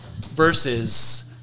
Versus